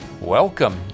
Welcome